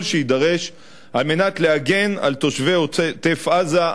שיידרש על מנת להגן על תושבי עוטף-עזה,